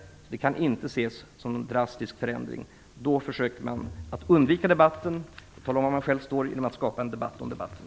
Det kan inte ses som någon drastisk förändring. Man försöker undvika debatten och att tala om var man själv står genom att skapa en debatt om debatten.